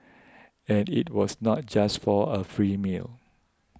and it was not just for a free meal